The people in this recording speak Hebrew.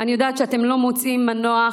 אני יודעת שאתם לא מוצאים מנוח